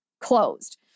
closed